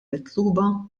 mitluba